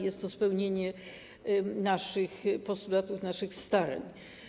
Jest to spełnienie naszych postulatów, naszych starań.